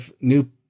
new